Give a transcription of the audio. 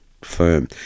firm